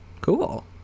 Cool